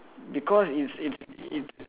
because it's it's it's